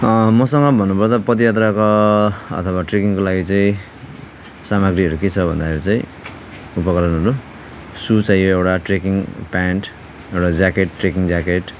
मसँग भन्नुपर्दा पदयात्राका अथवा ट्रेकिङको लागि चाहिँ सामग्रीहरू के छ भन्दाखेरि चाहिँ उपकरणहरू सु चाहियो एउटा ट्रेकिङ पेन्ट एउटा ज्याकेट ट्रेकिङ ज्याकेट